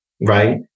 right